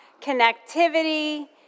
connectivity